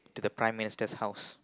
to the Prime Minister's house